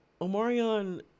Omarion